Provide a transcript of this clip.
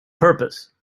purpose